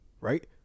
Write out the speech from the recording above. right